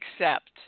accept